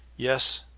yes,